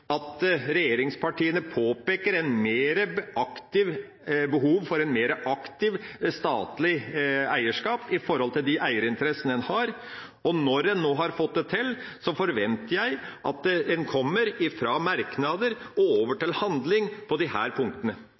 at regjeringspartiene påpeker et behov for et mer aktivt statlig eierskap i forhold til de eierinteressene en har. Når en nå har fått det til, forventer jeg at en går fra merknader og over til handling på disse punktene.